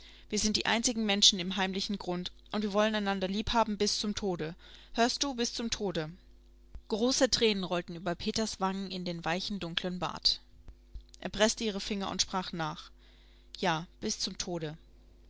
wir sind die einzigen menschen im heimlichen grund und wir wollen einander liebhaben bis zum tode hörst du bis zum tode große tränen rollten über peters wangen in den weichen dunklen bart er preßte ihre finger und sprach nach ja bis zum tode